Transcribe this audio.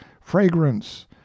fragrance